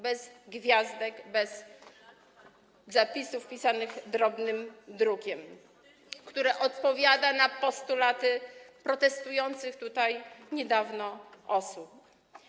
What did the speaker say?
bez gwiazdek, bez zapisów pisanych drobnym drukiem, która odpowiada na postulaty protestujących tutaj niedawno osób.